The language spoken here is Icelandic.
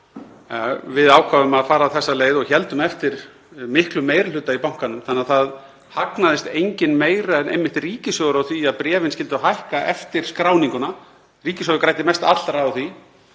Við ákváðum að fara þessa leið og héldum eftir miklum meiri hluta í bankanum þannig að það hagnaðist enginn meira en einmitt ríkissjóður á því að bréfin skyldu hækka eftir skráninguna. Ríkissjóður græddi mest allra á því,